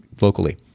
locally